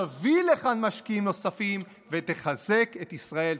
תביא לכאן משקיעים נוספים ותחזק את ישראל.